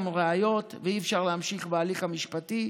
ראיות ואי-אפשר להמשיך בהליך המשפטי,